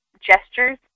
gestures